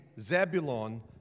Zebulon